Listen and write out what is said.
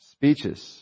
Speeches